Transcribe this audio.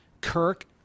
Kirk